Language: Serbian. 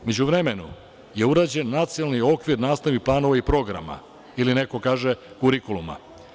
U međuvremenu je urađen nacionalni okvir nastavnih planova i programa ili, neko kaže, kurikuluma.